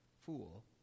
Fool